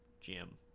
Jim